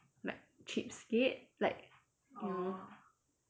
like cheapskate like